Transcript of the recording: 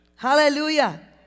Hallelujah